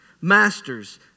Masters